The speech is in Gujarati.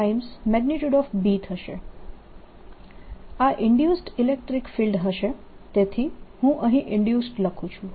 આ ઈન્ડયુસ્ડ ઇલેક્ટ્રીક ફિલ્ડ હશે તેથી હું અહીં ઈન્ડયુસ્ડ લખું છું